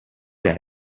that